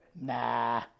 Nah